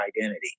identity